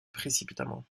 précipitamment